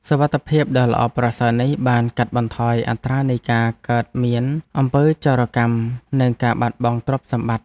សុវត្ថិភាពដ៏ល្អប្រសើរនេះបានកាត់បន្ថយអត្រានៃការកើតមានអំពើចោរកម្មនិងការបាត់បង់ទ្រព្យសម្បត្តិ។